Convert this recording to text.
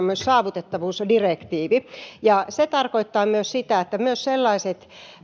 myös saavutettavuusdirektiivi ja se tarkoittaa sitä että myös sellaiset